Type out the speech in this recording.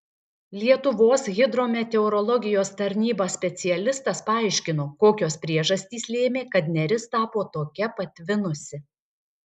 lietuvos hidrometeorologijos tarnyba specialistas paaiškino kokios priežastys lėmė kad neris tapo tokia patvinusi